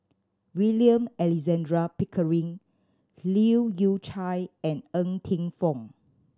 William Alexander Pickering Leu Yew Chye and Ng Teng Fong